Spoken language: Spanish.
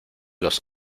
los